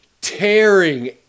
tearing